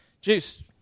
Juice